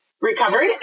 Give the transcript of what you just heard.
recovered